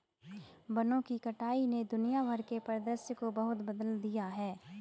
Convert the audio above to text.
वनों की कटाई ने दुनिया भर के परिदृश्य को बहुत बदल दिया है